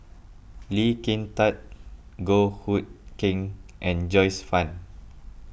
Lee Kin Tat Goh Hood Keng and Joyce Fan